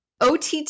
OTT